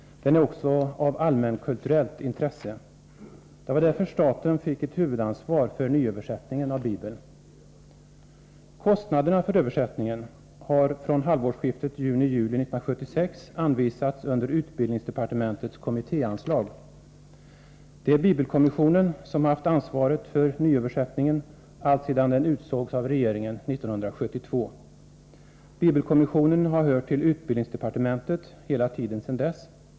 Den är också av allmänkulturellt intresse. Det var därför staten fick ett huvudansvar för nyöversättningen av Bibeln. Kostnaderna för översättningen har från halvårsskiftet 1976 anvisats under utbildningsdepartementets kommittéanslag. Det är bibelkommissionen som haft ansvaret för nyöversättningen, alltsedan den utsågs av regeringen 1972. Bibelkommissionen har hört till utbildningsdepartementet hela tiden sedan dess.